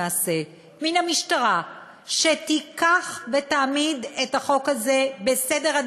למעשה מן המשטרה שתיקח ותעמיד את החוק הזה בעדיפות